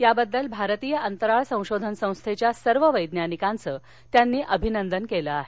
याबद्दल भारतीय अंतराळ संशोधन संस्थेच्या सर्व वैज्ञानिकांचं त्यांनी अभिनंदन केलं आहे